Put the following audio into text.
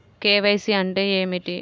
KYC అంటే ఏమిటి?